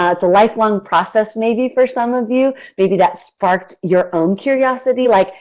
ah it's a lifelong process may be for some of you, maybe that sparked your own curiosity like,